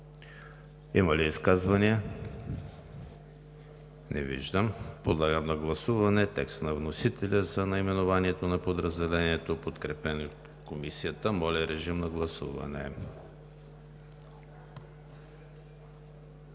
Има ли изказвания? Не виждам. Подлагам на гласуване текста на вносителя за наименованието на подразделението, подкрепено и от Комисията. Гласували